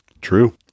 True